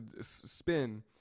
spin